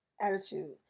attitude